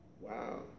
Wow